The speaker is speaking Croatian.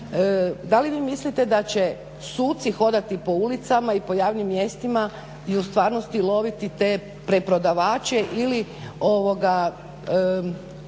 da li vi mislite da će suci hodati po ulicama i po javnim mjestima i u stvarnosti loviti te preprodavače ili uživaoce